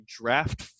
draft